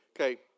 Okay